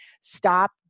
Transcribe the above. stop